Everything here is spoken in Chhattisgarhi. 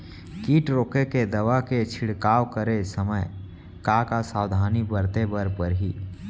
किट रोके के दवा के छिड़काव करे समय, का का सावधानी बरते बर परही?